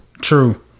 true